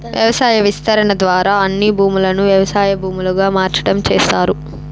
వ్యవసాయ విస్తరణ ద్వారా అన్ని భూములను వ్యవసాయ భూములుగా మార్సటం చేస్తారు